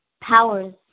Powers